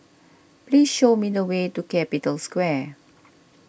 please show me the way to Capital Square